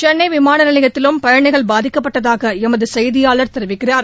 சென்னை விமான நிலையத்திலும் பயணிகள் பாதிக்கப்பட்டதாக எமது செய்தியாளர் தெரிவிக்கிறார்